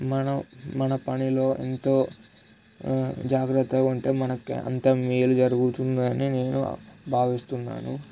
మనం మన పనిలో ఎంతో జాగ్రత్తగా ఉంటే మనకి అంత మేలు జరుగుతుందని నేను భావిస్తున్నాను